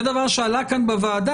זה דבר שעלה כאן בוועדה,